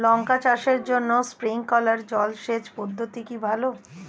লঙ্কা চাষের জন্য স্প্রিংলার জল সেচ পদ্ধতি কি ভালো?